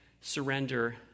surrender